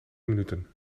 minuten